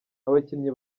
abakinnyi